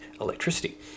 electricity